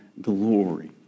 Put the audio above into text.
glory